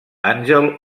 àngel